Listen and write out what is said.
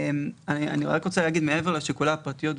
מעבר לשיקולי הפרטיות,